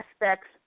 aspects